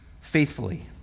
faithfully